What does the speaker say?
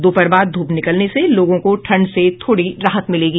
दोपहर बाद ध्रप निकलने से लोगों को ठंड से थोड़ी राहत मिलेगी